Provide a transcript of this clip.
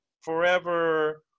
forever